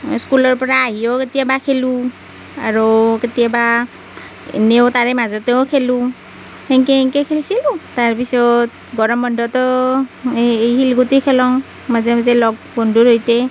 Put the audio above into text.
স্কুলৰ পৰা আহিও কেতিয়াবা খেলোঁ আৰু কেতিয়াবা এনেও তাৰে মাজতেও খেলোঁ সেনকৈ সেনকৈ খেলিছিলোঁ তাৰ পিছত গৰম বন্ধটো এই শিলগুটি খেলোঁ মাজে মাজে লগ বন্ধুৰ সৈতে